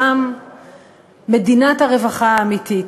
שם מדינת הרווחה האמיתית.